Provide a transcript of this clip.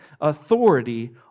authority